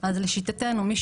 לשיטתנו, מי